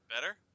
better